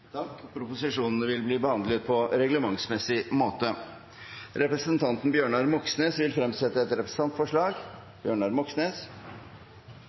stede og vil ta sete. Representanten Bjørnar Moxnes vil fremsette et representantforslag.